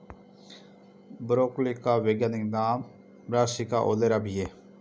broccoli का वैज्ञानिक नाम ब्रासिका ओलेरा भी है